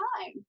time